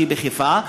שהיא בחיפה,